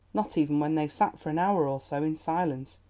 not even when they sat for an hour or so in silence,